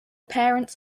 parents